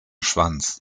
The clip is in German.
schwanz